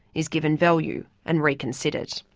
is given value and reconsidered.